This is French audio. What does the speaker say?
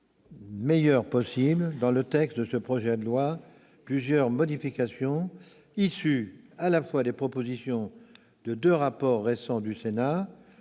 dans le texte de ce projet de loi plusieurs modifications issues des propositions de deux rapports récents du Sénat,